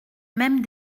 même